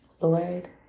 Lord